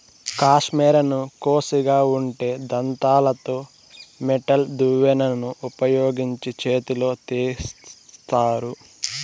కష్మెరెను కోషిగా ఉండే దంతాలతో మెటల్ దువ్వెనను ఉపయోగించి చేతితో తీస్తారు